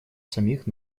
самих